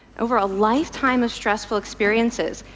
over a lifetime of stressful experiences,